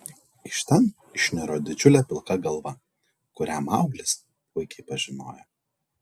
iš ten išniro didžiulė pilka galva kurią mauglis puikiai pažinojo